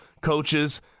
coaches